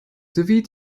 sowie